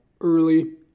early